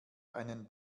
einen